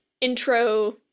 intro